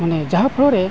ᱢᱟᱱᱮ ᱡᱟᱦᱟᱸ ᱯᱷᱚᱲᱚᱨᱮ